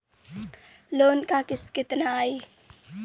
Loan क किस्त कितना आई?